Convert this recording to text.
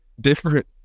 different